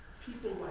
people